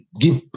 give